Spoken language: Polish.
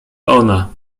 ona